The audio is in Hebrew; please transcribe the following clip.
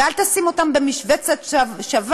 ואל תשים אותן במשבצת שווה,